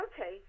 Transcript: Okay